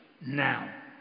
now